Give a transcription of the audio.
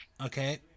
Okay